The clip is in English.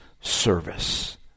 service